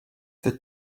the